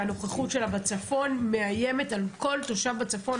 שהנוכחות שלה בצפון מאיימת על כל תושב בצפון,